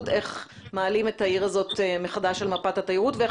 איך מעלים את העיר הזאת מחדש על מפת התיירות ואיך